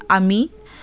आमी